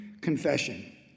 confession